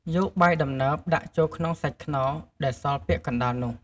យកបាយដំណើបដាក់ចូលក្នុងសាច់ខ្នុរដែលសស់ពាក់កណ្ដាលនោះ ។